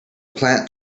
plant